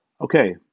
Okay